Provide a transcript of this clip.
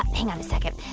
hang on a second.